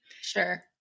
Sure